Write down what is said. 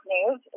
News